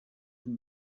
can